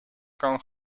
kan